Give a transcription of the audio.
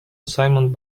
assignment